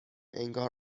انگار